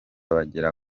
bagera